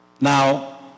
Now